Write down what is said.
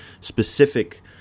specific